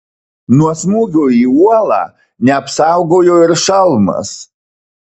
nuo smūgio į uolą neapsaugojo ir šalmas